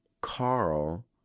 Carl